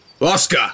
Oscar